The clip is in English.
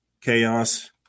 chaos